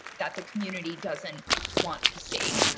that the community doesn't want to see